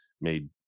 made